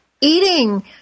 eating